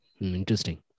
Interesting